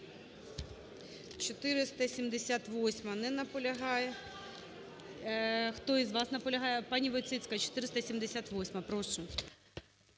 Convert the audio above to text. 478-а. Не наполягає. Хто з вас наполягає? ПаніВойціцька, 478-а. Прошу.